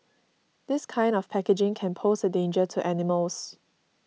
this kind of packaging can pose a danger to animals